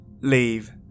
leave